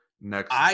next